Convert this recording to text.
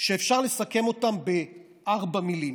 שאפשר לסכם אותם בארבע מילים,